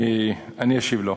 אני אשיב לו.